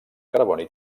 carboni